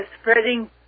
spreading